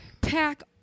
Pack